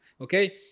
Okay